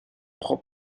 prend